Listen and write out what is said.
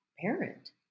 parent